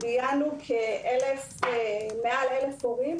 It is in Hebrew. ראיינו מעל ל-1,000 הורים